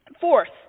Fourth